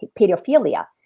pedophilia